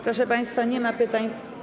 Proszę państwa, nie ma pytań.